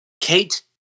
Kate